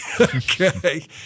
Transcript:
Okay